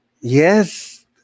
yes